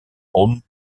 holm